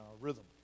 rhythm